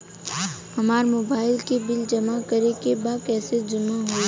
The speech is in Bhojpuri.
हमार मोबाइल के बिल जमा करे बा कैसे जमा होई?